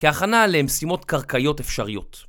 כהכנה למשימות קרקעיות אפשריות